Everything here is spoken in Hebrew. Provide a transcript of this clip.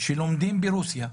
שלומדים ברוסיה רפואה,